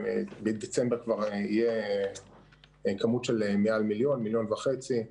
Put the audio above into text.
מדצמבר תהיה כבר כמות של מעל מיליון-מיליון וחצי.